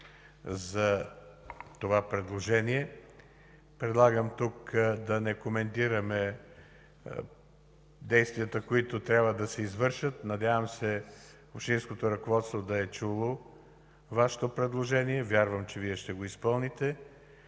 за това предложение! Предлагам да не коментираме тук действията, които трябва да се извършат. Надявам се общинското ръководство да е чуло Вашето предложение. Вярвам, че Вие ще го изпълните.